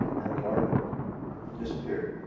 and the article disappeared,